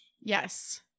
Yes